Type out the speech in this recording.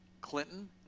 Clinton